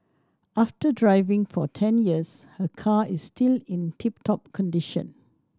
after driving for ten years her car is still in tip top condition